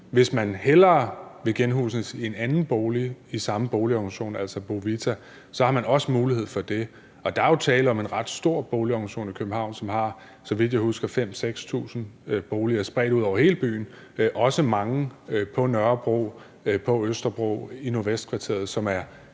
Hvis man hellere vil genhuses i en anden bolig i samme boligorganisation, altså Bo-Vita, har man også mulighed for det. Og der er jo tale om en ret stor boligorganisation i København, som, så vidt jeg husker, har 5.000-6.000 boliger spredt ud over hele byen, også mange på Nørrebro, på Østerbro, i Nordvestkvarteret, som er